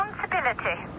responsibility